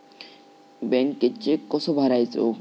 बँकेत चेक कसो भरायचो?